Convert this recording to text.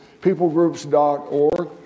peoplegroups.org